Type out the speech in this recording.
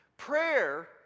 Prayer